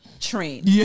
train